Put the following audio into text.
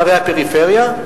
לערי הפריפריה?